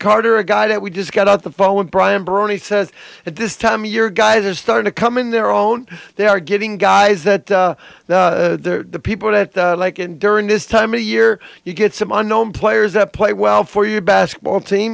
card or a guy that we just got out the ball when brian bernie says at this time your guys are starting to come in their own they are getting guys that are the people that like and during this time of year you get some unknown players that play well for your basketball team